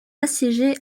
assiégés